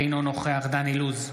אינו נוכח דן אילוז,